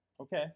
Okay